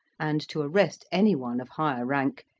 and to arrest any one of higher rank,